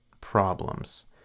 problems